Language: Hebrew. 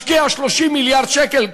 משקיע 30 מיליארד שקל,